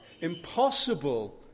impossible